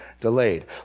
delayed